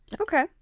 okay